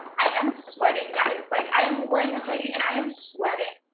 i am sweating guys! like i am wearing a hoodie and i am sweating!